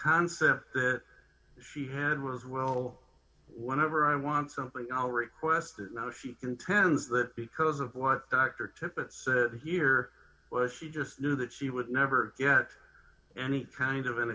concept that she had was well whenever i want something i'll request it now she contends that because of what dr tippett said here was she just knew that she would never get any kind of an